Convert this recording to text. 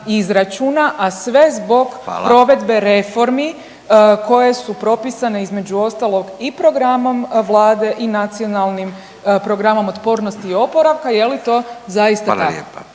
Hvala./… provedbe reformi koje su propisane između ostalog i programom Vlade i Nacionalnim programom otpornosti i oporavka. Je li to zaista tako?